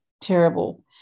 terrible